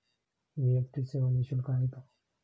NEFT सेवा निःशुल्क आहे का?